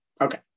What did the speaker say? Okay